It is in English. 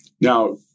Now